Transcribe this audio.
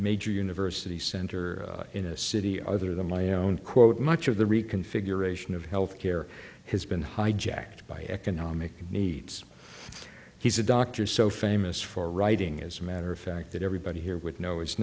major university center in a city other than my own quote much of the reconfiguration of health care has been hijacked by economic needs he's a doctor so famous for writing as a matter of fact that everybody here with know its